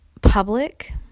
public